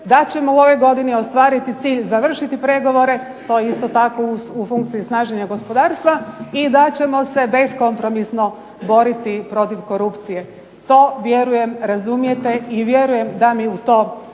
da ćemo u ovoj godini ostvariti cilj, završiti pregovore, to je isto tako u funkciji snaženja gospodarstva i da ćemo se beskompromisno boriti protiv korupcije. To vjerujem razumijete i vjerujem da mi u tome